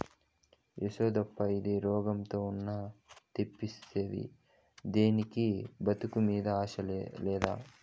యేదప్పా ఇది, రోగంతో ఉన్న తెప్పిస్తివి తినేదానికి బతుకు మీద ఆశ లేదా